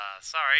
Sorry